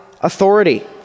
authority